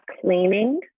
cleaning